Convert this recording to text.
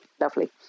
lovely